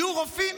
יהיו רופאים?